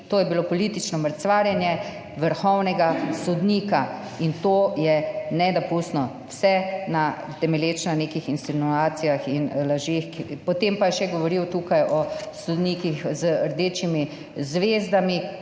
To je bilo politično mrcvarjenje vrhovnega sodnika in to je nedopustno, vse temelječe na nekih insinuacijah in lažeh. Potem pa je tukaj šegovoril o sodnikih z rdečimi zvezdami,